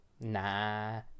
nah